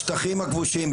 השטחים הכבושים בשבילך.